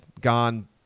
gone